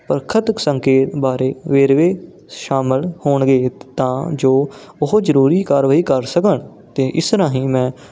ਪਰਖਤ ਸੰਕੇਤ ਬਾਰੇ ਵੇਰਵੇ ਸ਼ਾਮਿਲ ਹੋਣਗੇ ਤਾਂ ਜੋ ਉਹ ਜ਼ਰੂਰੀ ਕਾਰਵਾਈ ਕਰ ਸਕਣ ਅਤੇ ਇਸ ਰਾਹੀਂ ਮੈਂ